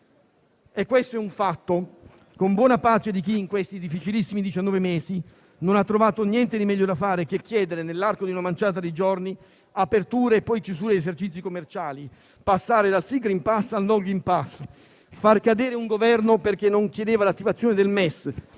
E questo è un fatto, con buona pace di chi, negli ultimi difficilissimi diciannove mesi, non ha trovato niente di meglio da fare che chiedere, nell'arco di una manciata di giorni, aperture e poi chiusure di esercizi commerciali; passare da sì *green pass* a no *green pass* e far cadere un Governo perché non chiedeva l'attivazione del MES,